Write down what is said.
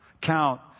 count